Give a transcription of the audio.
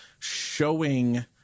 showing